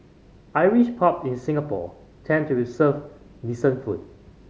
Irish pub in Singapore tend to decent food